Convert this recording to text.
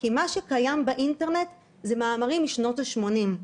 כי מה שקיים באינטרנט אלה מאמרים משנות ה-80.